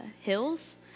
hills